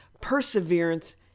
perseverance